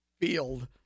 field